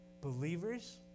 believers